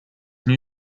new